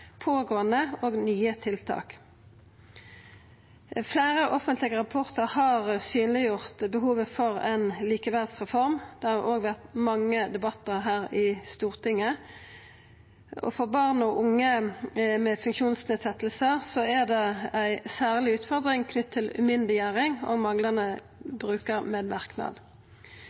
pågåande og nye tiltak. Fleire offentlege rapportar har synleggjort behovet for ei likeverdsreform, og vi har hatt mange debattar her i Stortinget. For barn og unge med funksjonsnedsettingar er det ei særleg utfordring knytt til umyndiggjering og manglande